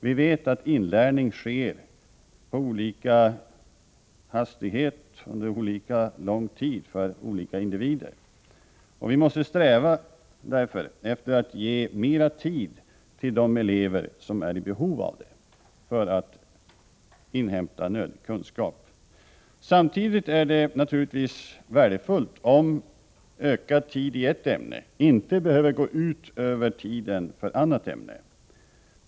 Vi vet att inlärning sker med olika hastighet under olika lång tid för olika individer, och vi måste därför sträva efter att ge mera tid till de elever som är i behov av det för att inhämta nödig kunskap. Samtidigt är det naturligtvis värdefullt om ökad tid för ett ämne inte behöver gå ut över tiden för annat ämne.